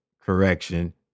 Correction